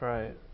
Right